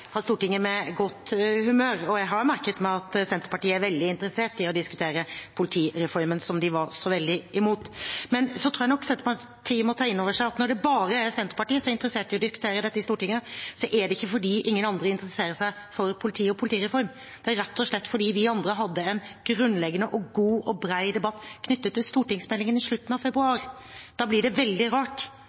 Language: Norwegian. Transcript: fra Stortinget med godt humør, og jeg har merket meg at Senterpartiet er veldig interessert i å diskutere politireformen, som de også var veldig imot. Men så tror jeg nok Senterpartiet må ta inn over seg at når det bare er Senterpartiet som er interessert i å diskutere dette i Stortinget, er det ikke fordi ingen andre interesserer seg for politiet og politireform. Det er rett og slett fordi vi andre hadde en grunnleggende og god og bred debatt knyttet til stortingsmeldingen i slutten av februar. Da blir det veldig rart